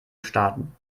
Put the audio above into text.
starten